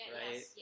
right